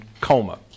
coma